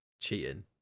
Cheating